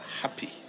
happy